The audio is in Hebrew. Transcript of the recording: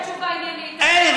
במקום לתת תשובה עניינית, אין.